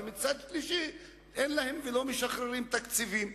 ומצד שלישי אין להם ולא משחררים תקציבים.